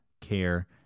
care